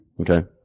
Okay